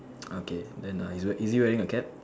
okay then uh he's wear is he wearing a cap